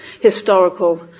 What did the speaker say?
historical